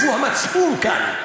איפה המצפון כאן?